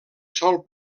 sol